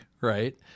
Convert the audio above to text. right